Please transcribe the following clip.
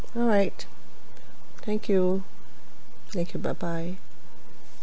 alright thank you thank you bye bye